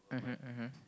mmhmm mmhmm